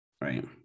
Right